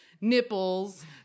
nipples